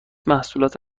محصولات